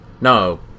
No